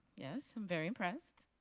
yes. um very impressed.